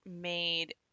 made